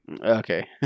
Okay